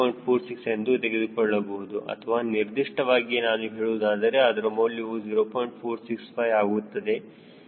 46 ಎಂದು ತೆಗೆದುಕೊಳ್ಳಬೇಕು ಅಥವಾ ನಿರ್ದಿಷ್ಟವಾಗಿ ನಾನು ಹೇಳುವುದಾದರೆ ಅದರ ಮೌಲ್ಯವು 0